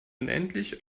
unendlich